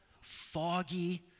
foggy